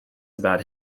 about